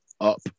up